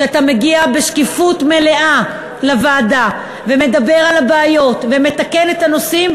על שאתה מגיע לוועדה ומדבר בשקיפות מלאה על הבעיות ומתקן את הנושאים,